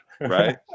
Right